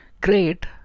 great